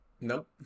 Nope